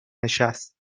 نشست